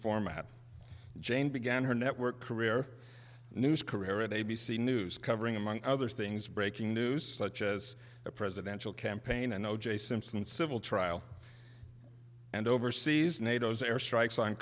format jane began her network career news career with a b c news covering among other things breaking news such as the presidential campaign and o j simpson civil trial and overseas nato airstrikes on